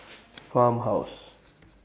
Farmhouse